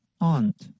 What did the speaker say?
aunt